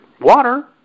Water